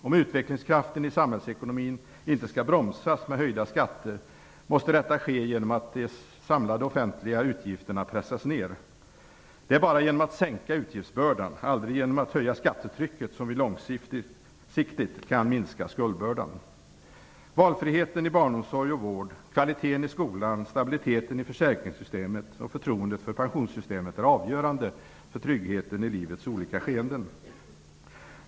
Om utvecklingskraften i samhällsekonomin inte skall bromsas med höjda skatter måste detta ske genom att de samlade offentliga utgifterna pressas ned. Det är bara genom att sänka utgiftsbördan, aldrig genom att höja skattetrycket, som vi långsiktigt kan minska skuldbördan. Valfriheten i barnomsorg och vård, kvaliteten i skolan, stabiliteten i försäkringssystemet och förtroendet för pensionssystemet är avgörande för tryggheten i livets olika skeenden.